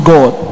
God